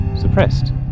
suppressed